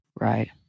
Right